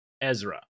Ezra